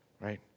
Right